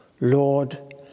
Lord